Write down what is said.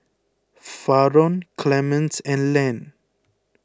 Faron Clemens and Len